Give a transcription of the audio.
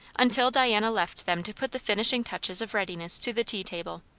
until diana left them to put the finishing touches of readiness to the tea-table.